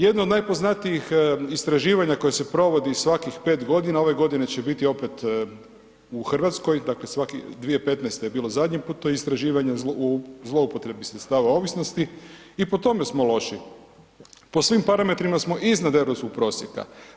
Jedno od najpoznatijih istraživanja koje se provodi svakih 5 godina ove godine će biti opet u Hrvatskoj, dakle svakih 2015. je bilo zadnji put to istraživanje o zloupotrebi sredstava ovisnosti i po tome smo loži, po svim parametrima smo iznad europskog prosjeka.